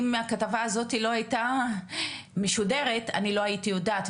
אם הכתבה הזאת לא היתה משודרת אני לא הייתי יודעת.